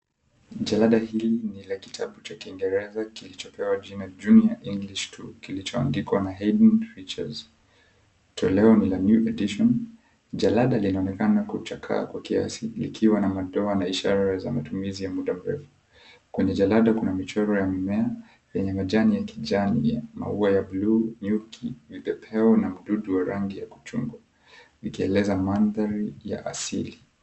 Jalada hili ni la kitabu cha kiingereza kilichopewa jina, Junior English 2, kilichoandikwa Haydn Richards, toleo ni la new edition . Jalada linaonekana kuchakaa kwa kiasi, likiwa na madoa na ishara za matumizi ya muda mrefu. Kwenye jalada kuna michoro ya mimea yenye majani ya kijani, maua ya bluu , nyuki, vipepeo, na mdudu wa rangi ya chungwa. Vikieleza mandhari ya asili.